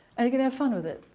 and you can have fun with it.